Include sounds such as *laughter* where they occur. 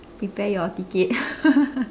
prepare your ticket *laughs*